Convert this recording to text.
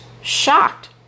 shocked